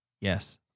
Yes